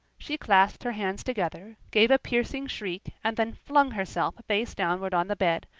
she clasped her hands together, gave a piercing shriek, and then flung herself face downward on the bed,